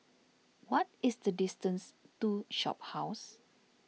what is the distance to Shophouse